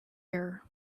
air